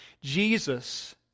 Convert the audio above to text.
Jesus